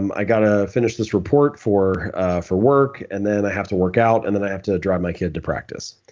um i got to finish this report for for work and then i have to work out and then i have to drive my kid to practice,